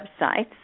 websites